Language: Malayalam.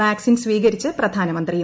വാക്സിൻ സ്വീകരിച്ച് പ്രധാനമന്ത്രിയും